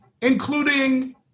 including